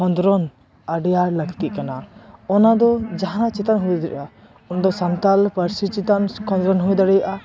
ᱠᱷᱚᱸᱫᱽᱨᱚᱸᱫᱽ ᱟᱹᱰᱤ ᱟᱸᱴ ᱞᱟᱹᱠᱛᱤᱜ ᱠᱟᱱᱟ ᱚᱱᱟ ᱫᱚ ᱡᱟᱦᱟᱸ ᱪᱮᱛᱟᱱ ᱦᱩᱭ ᱫᱟᱲᱮᱭᱟᱜᱼᱟ ᱩᱱᱫᱚ ᱥᱟᱱᱛᱟᱲ ᱯᱟᱹᱨᱥᱤ ᱪᱮᱛᱟᱱ ᱠᱷᱚᱸᱫᱽᱨᱚᱫᱱ ᱦᱩᱭ ᱫᱟᱲᱮᱭᱟᱜᱼᱟ